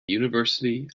university